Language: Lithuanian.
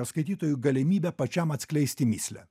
skaitytojui galimybę pačiam atskleisti mįslę